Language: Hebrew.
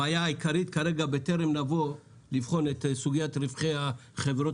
הבעיה העיקרית כרגע בטרם נבוא לבחון את סוגיית רווחי החברות